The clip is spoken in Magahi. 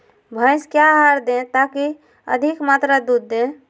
भैंस क्या आहार दे ताकि अधिक मात्रा दूध दे?